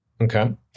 Okay